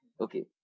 Okay